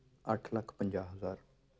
ਅੱਠ ਲੱਖ ਪੰਜਾਹ ਹਜ਼ਾਰ